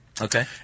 Okay